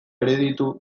erditu